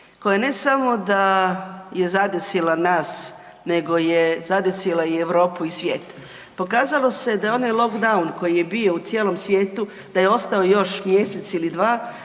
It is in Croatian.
koja ne samo da je zadesila nas nego je zadesila i Europu i svijet. Pokazalo se da je onaj lockdown koji je bio u cijelom svijetu, da je ostao još mjesec ili dva,